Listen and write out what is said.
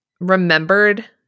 remembered